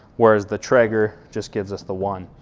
whereas the traeger just gives us the one.